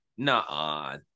Nah